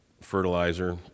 fertilizer